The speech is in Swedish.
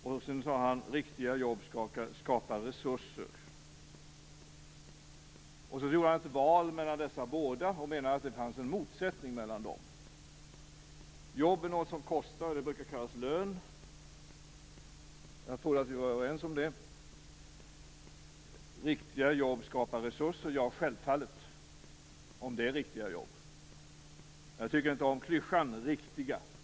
Han sade också att riktiga jobb skapar resurser. Sedan gjorde han ett val mellan dessa båda, och menade att det finns en motsättning mellan dem. Jobb är något som kostar. Det brukar kallas lön. Jag trodde att vi var överens om det. Riktiga jobb skapar resurser. Ja, självfallet, om det är riktiga jobb. Jag tycker inte om klyschan "riktiga".